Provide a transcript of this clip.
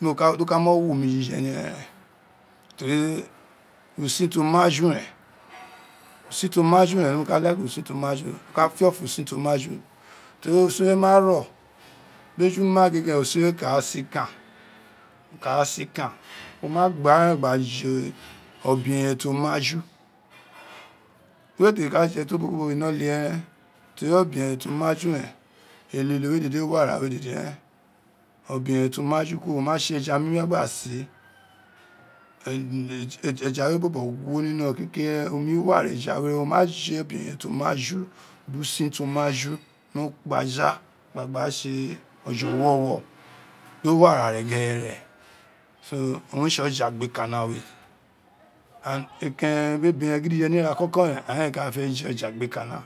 Dọ ka mo wu mi jije ni ira eren teri usin to maju ren usin to maju ren demi ka like usin to wa ju, mo ka fiofo usin ta ma ju, mo ka fiofo usin to maju mo ka fiofo usin to maju teri usin we ma ro bejin ma gege ren usin we ka a sinka ọ ka a sinka wó mà gheren we gba je obe-eyen to ma ju wéé te ka je to ubo ku bọ ino lie ren teri obe-eyen to ma ju ren elilo we dede wo ara we ren obeyen to maju kuro, o ma tse eja mimi loan gba se eja we bọbọ gwo ni. kekere ren omi wa ra eji we ren, wo ma je obe ejen to ma ju biri usin to maju ni ukpaja. gba tse oji ọwọwọ dọ wara ne ghere so owum re tse oje agbikuna we and ekiren biri ebiren ni ira kọkọ ren aghan e ka fé je oje agbikana